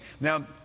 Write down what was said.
Now